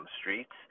streets